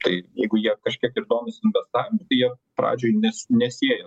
tai jeigu jie kažkiek ir domisi investavimu tai jie pradžioj nes nesieja